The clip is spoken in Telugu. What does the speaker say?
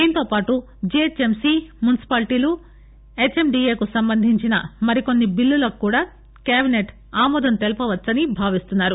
దీంతో పాటు జిహెచ్ ఎంసి మున్సిపాల్టీలు హెచ్ఎండిఏకు సంబంధించిన మరికొన్ని బిల్లులకు కూడా క్యాబినెట్ ఆమోదం తెలపవచ్చని భావిస్తున్నారు